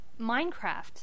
Minecraft